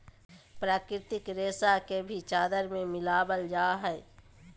प्राकृतिक रेशा के भी चादर में मिलाबल जा हइ